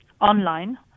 online